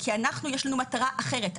כי אנחנו יש לנו מטרה אחרת.